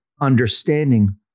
understanding